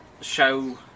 show